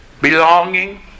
belonging